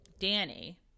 Danny